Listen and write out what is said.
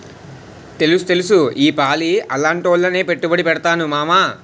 తెలుస్తెలుసు ఈపాలి అలాటాట్లోనే పెట్టుబడి పెడతాను మావా